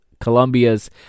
Colombia's